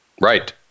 Right